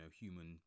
human